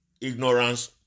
ignorance